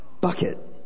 bucket